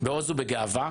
בעוז ובגאווה,